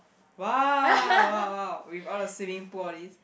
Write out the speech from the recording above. !wow! !wow! !wow! with all the swimming pool all this